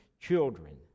children